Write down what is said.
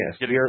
Yes